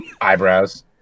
Eyebrows